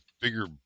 bigger